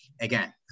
again